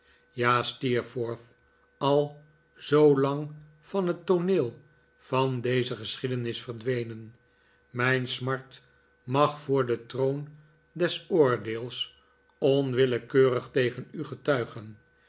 ja steerforth al zoo lang van het tooneel van deze geschiedenis verdwenen mijn smart mag voor den troon des oordeels onwillekeurig tegen u getuigen